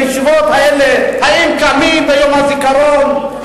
האם בישיבות האלה קמים ביום הזיכרון,